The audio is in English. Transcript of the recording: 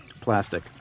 plastic